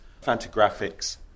Fantagraphics